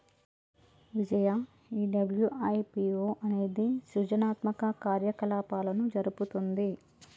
విజయ ఈ డబ్ల్యు.ఐ.పి.ఓ అనేది సృజనాత్మక కార్యకలాపాలను జరుపుతుంది